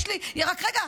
רק רגע,